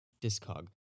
Discog